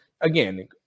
again